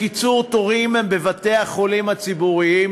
לקיצור תורים בבתי-החולים הציבוריים,